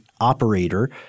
operator